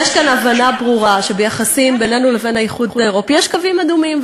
יש כאן הבנה ברורה שביחסים בינינו לבין האיחוד האירופי יש קווים אדומים,